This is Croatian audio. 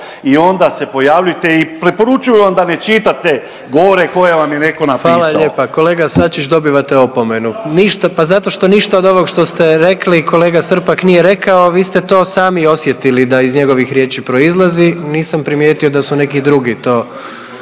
i onda se pojavljujte i preporučujem vam da ne čitate govore koje vam je neko napisao. **Jandroković, Gordan (HDZ)** Hvala lijepa. Kolega Sačić, dobivate opomenu, ništa, pa zato što ništa od onog što ste rekli kolega Srpak nije rekao, vi ste to sami osjetili da iz njegovih riječi proizlazi, nisam primijetio da su neki drugi to